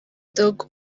dogg